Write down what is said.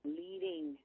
leading